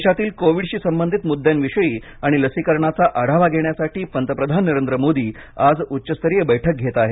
देशातील कोविडशी संबंधित मुद्द्यांविषयी आणि लसीकरणाचा आढावा घेण्यासाठी पंतप्रधान नरेंद्र मोदी आज उच्चस्तरीय बैठक घेत आहेत